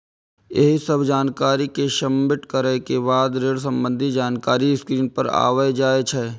एहि सब जानकारी कें सबमिट करै के बाद ऋण संबंधी जानकारी स्क्रीन पर आबि जाइ छै